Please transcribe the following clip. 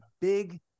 big